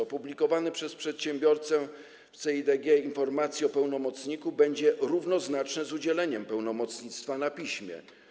Opublikowanie przez przedsiębiorcę w CEIDG informacji o pełnomocniku będzie równoznaczne z udzieleniem pełnomocnictwa na piśmie.